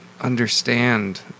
understand